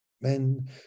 Men